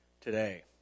today